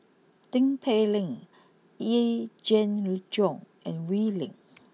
Tin Pei Ling Yee Jenn Jong and Wee Lin